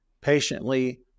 patiently